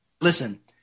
listen